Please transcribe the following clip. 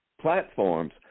platforms